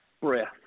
breath